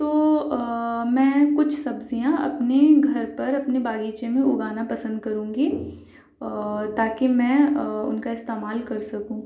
تو میں کچھ سبزیاں اپنے گھر پر اپنے باغیچے میں اُگانا پسند کروں گی تاکہ میں اُن کا استعمال کر سکوں